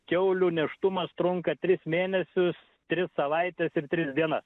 kiaulių nėštumas trunka tris mėnesius tris savaites ir tris dienas